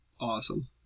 awesome